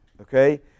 okay